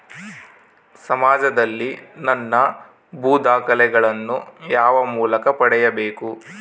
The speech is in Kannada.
ಸಮಾಜದಲ್ಲಿ ನನ್ನ ಭೂ ದಾಖಲೆಗಳನ್ನು ಯಾವ ಮೂಲಕ ಪಡೆಯಬೇಕು?